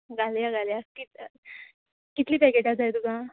घालया घालया कित कितलीं पॅकेटां जाय तुका